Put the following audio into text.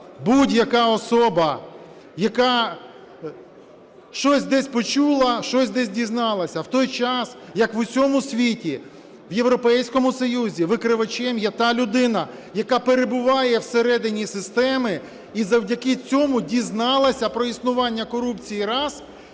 будь-яка особа, яка щось десь почула, щось десь дізналася. В той час, як в усьому світі, в Європейському Союзі викривачем є та людина, яка перебуває всередині системи і завдяки цьому дізналася про існування корупції – раз,